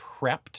prepped